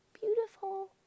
beautiful